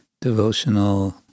devotional